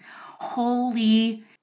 Holy